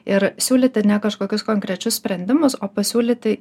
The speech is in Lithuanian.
ir siūlyti ne kažkokius konkrečius sprendimus o pasiūlyti